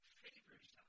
favors